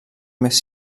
més